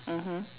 mmhmm